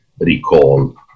recall